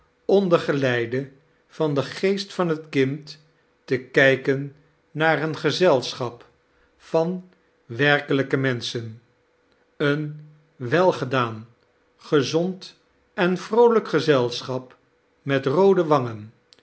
onder geleide van den geest van het kind te kijken naar een gezelschap van werkelijke memsohen een welgedaan gazond en vroolijk gezelschap met roode wartgen